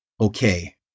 okay